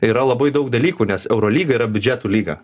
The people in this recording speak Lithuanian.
yra labai daug dalykų nes eurolyga yra biudžetų lyga